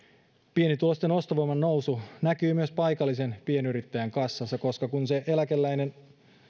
pienituloisten ostovoiman nousu näkyy myös paikallisen pienyrittäjän kassassa koska kun eläkeläinen